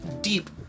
deep